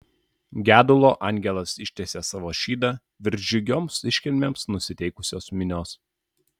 gedulo angelas ištiesė savo šydą virš džiugioms iškilmėms nusiteikusios minios